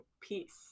peace